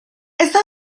esta